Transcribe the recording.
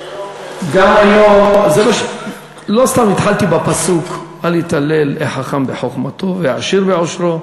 לא סתם התחלתי בפסוק: אל יתהלל החכם בחוכמתו והעשיר בעושרו,